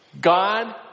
God